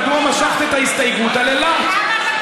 מדוע משכת את ההסתייגות על אילת?